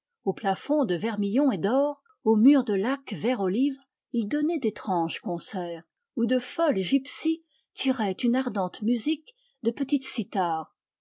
au plafond de vermillon et d'or aux murs de laque vert olive il donnait d'étranges concerts où de folles gypsies tiraient une ardente musique de petites